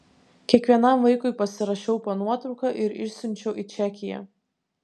kiekvienam vaikui pasirašiau po nuotrauka ir išsiunčiau į čekiją